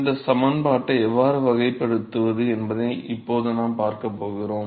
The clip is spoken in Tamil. இந்த சமன்பாட்டை எவ்வாறு வகைப்படுத்துவது என்பதை இப்போது நாம் பார்க்கப் போகிறோம்